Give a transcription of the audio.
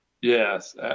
Yes